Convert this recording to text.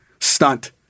stunt